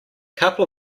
couple